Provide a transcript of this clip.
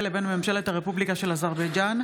לבין ממשלת הרפובליקה של אזרבייג'ן.